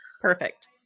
Perfect